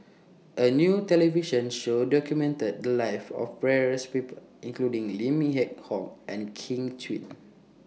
A New television Show documented The Lives of various People including Lim Yew Hock and Kin Chui